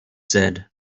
said